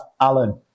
Alan